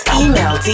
email